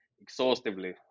exhaustively